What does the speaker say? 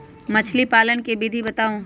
मछली पालन के विधि बताऊँ?